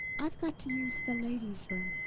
i've got to use the ladies room.